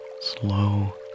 slow